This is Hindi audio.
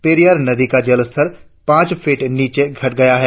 पेरियार नदी का जलस्तर पांच फीट नीचे घट गया है